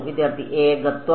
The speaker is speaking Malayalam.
വിദ്യാർത്ഥി ഏകത്വം